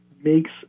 makes